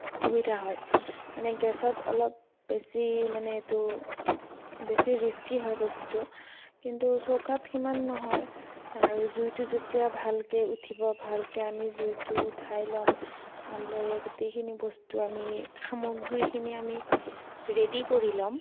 সুবিধা হয় মানে গেছত অলপ বেছি মানে এইটো বেছি ৰিস্কি হয় বস্তুটো কিন্তু চৌকাত সিমান নহয় আৰু জুইটো যেতিয়া ভালকৈ উঠিব ভালকৈ আমি জুইটো উঠাই লম ভালদৰে গোটেইখিনি বস্তু আমি সামগ্ৰীখিনি আমি ৰেডি কৰি লম